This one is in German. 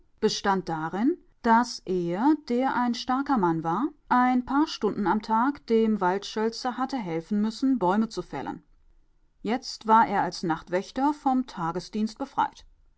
bestand darin daß er der ein starker mann war ein paar stunden am tag dem waldschölzer hatte helfen müssen bäume zu fällen jetzt war er als nachtwächter vom tagesdienst befreit